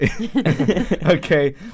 Okay